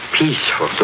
peaceful